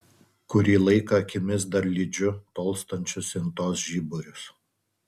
kurį laiką akimis dar lydžiu tolstančius intos žiburius